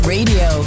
Radio